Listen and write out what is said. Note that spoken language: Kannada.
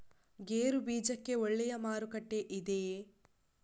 ಗೇರು ಬೀಜಕ್ಕೆ ಒಳ್ಳೆಯ ಮಾರುಕಟ್ಟೆ ಇದೆಯೇ?